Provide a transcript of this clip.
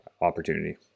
opportunity